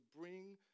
bring